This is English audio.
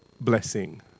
blessing